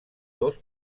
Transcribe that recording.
dos